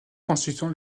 constituant